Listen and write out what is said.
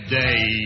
day